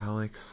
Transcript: Alex